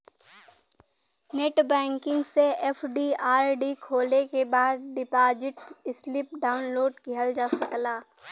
net banking से FD RD खोले के बाद डिपाजिट स्लिप डाउनलोड किहल जा सकला